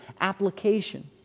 application